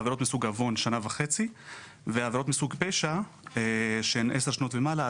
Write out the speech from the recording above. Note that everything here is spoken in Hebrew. עבירות מסוג עוון זה שנה וחצי ועבירות מסוג פשע של עשר שנים ומעלה,